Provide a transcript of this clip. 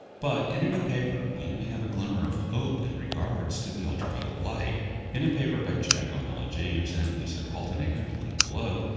but, in a new paper, we may have a glimmer of hope in regards to the ultraviolet light in a paper by jack o'malley-james and lisa kaltenegger, link below,